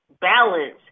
balance